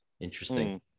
interesting